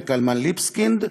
וקלמן ליבסקינד,